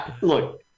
Look